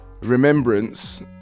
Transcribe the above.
remembrance